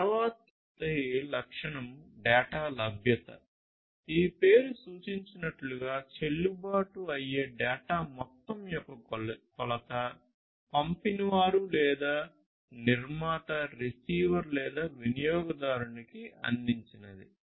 తరువాతి లక్షణం డేటా లభ్యత ఈ పేరు సూచించినట్లుగా చెల్లుబాటు అయ్యే డేటా మొత్తం యొక్క కొలత పంపినవారు లేదా నిర్మాత రిసీవర్ లేదా వినియోగదారునికి అందించినది